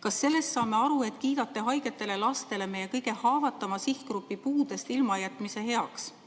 Kas me peame sellest saama aru nii, et te kiidate haigete laste, meie kõige haavatavama sihtgrupi puudest ilmajätmise heaks?